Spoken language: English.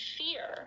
fear